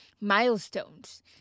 Milestones